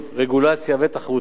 רגולציה ותחרותיות.